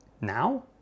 now